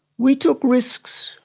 we took risks,